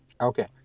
Okay